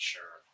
Sure